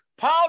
Paul